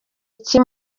iki